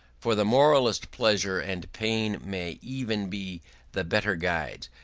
for the moralist pleasure and pain may even be the better guides,